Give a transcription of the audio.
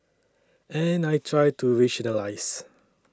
and I try to rationalise